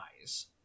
eyes